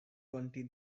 twenty